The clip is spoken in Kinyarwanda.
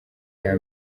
iya